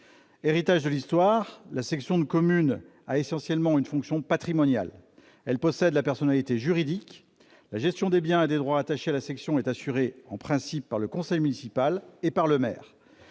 Héritage de l'histoire, la section de commune a essentiellement une fonction patrimoniale. Elle possède la personnalité juridique. La gestion des biens et des droits attachés à la section est assurée en principe par le conseil municipal et par le maire.